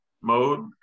mode